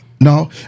No